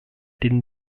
den